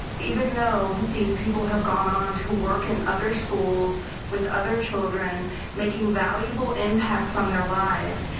even though these people have gone on to work in other schools with other children making valuable impact on their lives.